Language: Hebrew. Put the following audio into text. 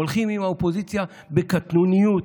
הולכים עם האופוזיציה בקטנוניות.